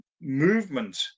movement